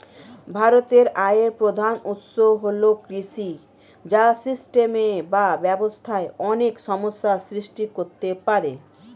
ভারতের আয়ের প্রধান উৎস হল কৃষি, যা সিস্টেমে বা ব্যবস্থায় অনেক সমস্যা সৃষ্টি করতে পারে